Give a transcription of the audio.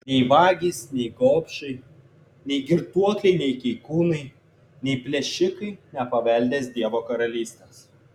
nei vagys nei gobšai nei girtuokliai nei keikūnai nei plėšikai nepaveldės dievo karalystės